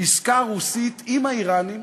עסקה רוסית עם האיראנים,